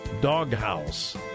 doghouse